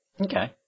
Okay